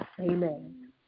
Amen